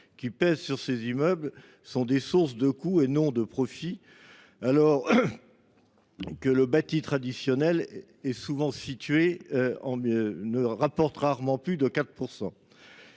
qui pèsent sur ces immeubles sont des sources de coûts et non de profits, alors que le bâti traditionnel rapporte rarement plus de 4 %.